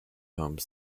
home